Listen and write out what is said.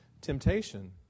temptation